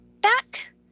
back